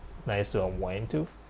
nice to unwind to